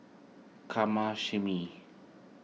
Kamashime